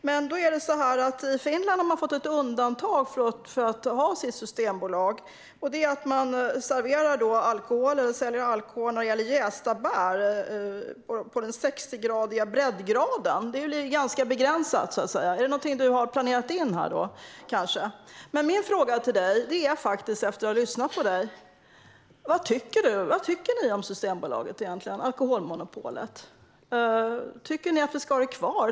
Men Finlands enda undantag från sitt systembolag är att man får sälja alkohol gjord på jästa bär på den sextionde breddgraden; det är ju ganska begränsat. Är det något liknande du har planerat, Sten? Jag måste fråga efter att ha lyssnat på dig: Vad tycker Moderaterna om Systembolaget och alkoholmonopolet? Tycker ni att vi ska ha det kvar?